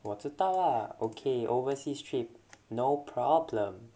我知道啊 okay overseas trip no problem